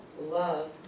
love